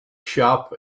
shop